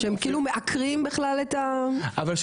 שהם כאילו מעקרים בכלל -- אפרת,